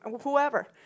whoever